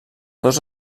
dos